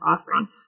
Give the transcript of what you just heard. offering